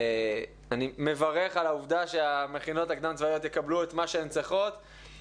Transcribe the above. אני מברך על העובדה שהמכינות הקדם-צבאיות יקבלו את מה שהן צריכות,